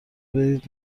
بدهید